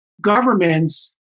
governments